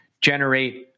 generate